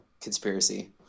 conspiracy